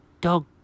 Dog